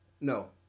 No